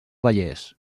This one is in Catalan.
vallès